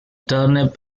turnip